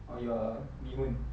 or your mee hoon